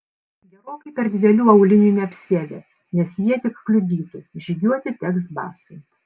gerokai per didelių aulinių neapsiavė nes jie tik kliudytų žygiuoti teks basai